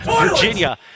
Virginia